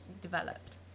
developed